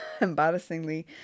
embarrassingly